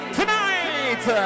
tonight